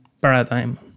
paradigm